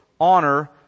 Honor